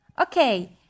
Okay